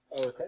Okay